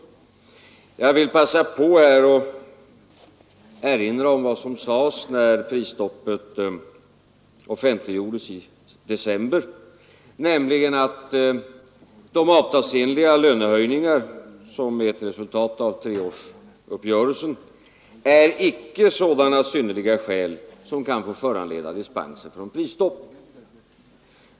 Jag vill passa på att erinra om vad som sades när prisstoppet offentliggjordes i december, nämligen att de avtalsenliga lönehöjningar som är ett resultat av treårsuppgörelsen icke är sådana synnerliga skäl som kan få föranleda dispenser från prisstoppet.